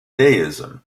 deism